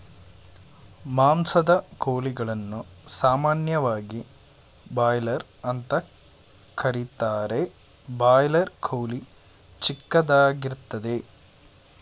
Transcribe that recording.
ಮಾಂಸದ ಕೋಳಿಗಳನ್ನು ಸಾಮಾನ್ಯವಾಗಿ ಬಾಯ್ಲರ್ ಅಂತ ಕರೀತಾರೆ ಬಾಯ್ಲರ್ ಕೋಳಿ ಚಿಕ್ಕದಾಗಿರ್ತದೆ